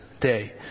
day